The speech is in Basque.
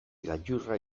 gailurra